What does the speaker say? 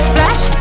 Flash